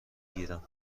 گیرم